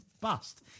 bust